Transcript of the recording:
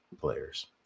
players